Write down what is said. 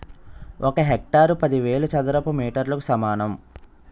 ఒక హెక్టారు పదివేల చదరపు మీటర్లకు సమానం